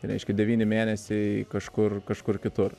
reiškia devyni mėnesiai kažkur kažkur kitur